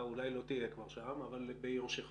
יורשך